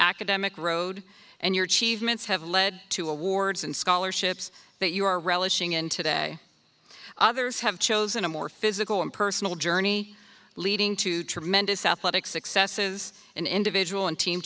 academic road and your chief mints have led to awards and scholarships that you are relishing in today others have chosen a more physical and personal journey leading to tremendous southlake successes in individual and team